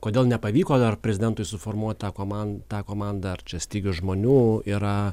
kodėl nepavyko dar prezidentui suformuot tą koman tą komandą ar čia stygius žmonių yra